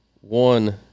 one